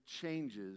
changes